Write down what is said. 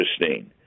interesting